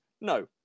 no